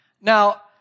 Now